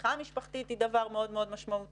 התמיכה המשפחתית היא דבר מאוד משמעותי,